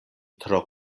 tro